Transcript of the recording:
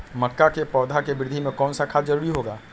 मक्का के पौधा के वृद्धि में कौन सा खाद जरूरी होगा?